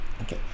okay